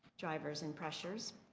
drivers and pressures.